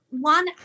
one